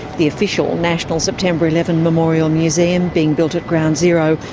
the official national september eleven memorial museum, being built at ground zero,